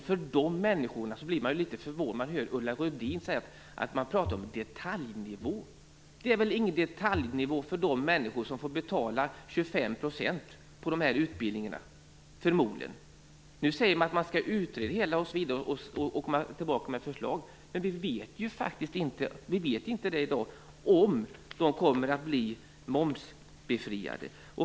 För de människornas skull blir man litet förvånad när man hör Ulla Rudin säga att det gäller en detaljnivå. Det är väl ingen detaljnivå för de människor som förmodligen kommer att få betala 25 % mer för dessa utbildningar! Nu säger man att man skall utreda det hela och komma tillbaka med förslag, men vi vet ju faktiskt inte i dag om de kommer att bli momsbefriade.